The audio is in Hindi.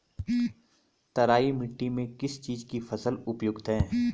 तराई मिट्टी में किस चीज़ की फसल उपयुक्त है?